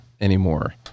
anymore